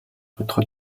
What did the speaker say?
бодоход